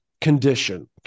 condition